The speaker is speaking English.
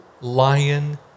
lion